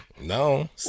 No